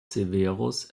severus